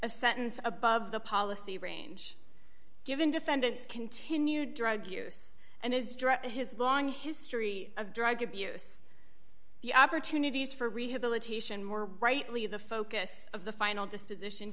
a sentence above the policy range given defendant's continued drug use and has direct his long history of drug abuse the opportunities for rehabilitation more brightly the focus of the final disposition